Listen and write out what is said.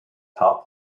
top